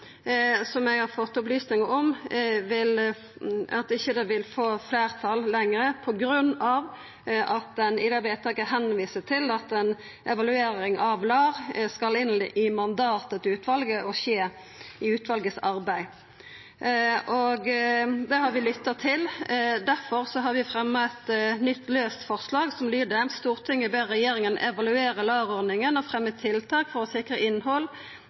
som eg har fått opplysningar om ikkje lenger vil få fleirtal på grunn av at ein i det vedtaket viser til at ei evaluering av LAR skal inn i mandatet til utvalet og skje i utvalets arbeid. Det har vi lytta til. Difor har vi fremja eit nytt, laust forslag, som lyder: «Stortinget ber regjeringen evaluere LAR-ordningen og fremme tiltak for å sikre